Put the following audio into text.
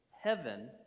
Heaven